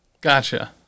Gotcha